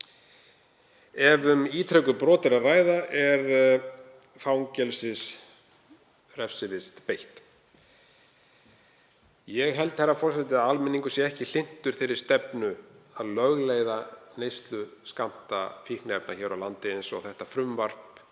Ef um ítrekuð brot er að ræða er fangelsisrefsivist beitt. Herra forseti. Ég held að almenningur sé ekki hlynntur þeirri stefnu að lögleiða neysluskammta fíkniefna hér á landi, eins og þetta frumvarp